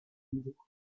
douvres